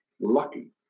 lucky